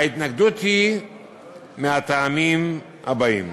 ההתנגדות היא מהטעמים הבאים: